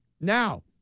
Now